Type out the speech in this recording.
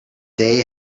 they